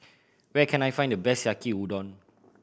where can I find the best Yaki Udon